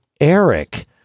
Eric